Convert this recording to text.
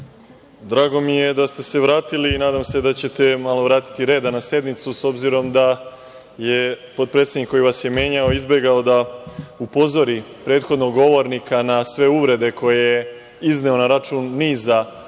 drago mi je da ste se vratili. Nadam se da ćete malo vratiti reda na sednicu, s obzirom da je potpredsednik koji vas je menjao izbegao da upozori prethodnog govornika na sve uvrede koje je izneo na račun niza lidera